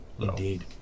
Indeed